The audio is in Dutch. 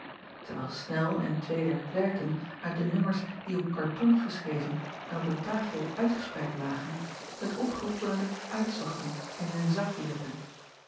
terwijl nel en twee der klerken uit de nummers die op karton geschreven en op een tafel uitgespreid lagen het opgeroepene uitzochten en in een zak